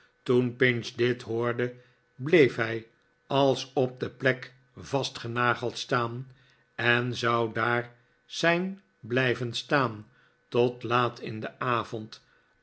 toen pinch dit hoorde bleef hij als op de plek vastgenageld staan en zou daar zijn blijven staan tot laat in den avond